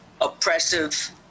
oppressive